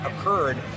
occurred